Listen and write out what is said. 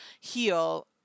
heal